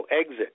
exit